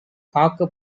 காக்க